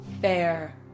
fair